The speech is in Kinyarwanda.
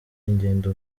ingendo